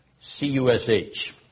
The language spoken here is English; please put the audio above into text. C-U-S-H